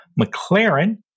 McLaren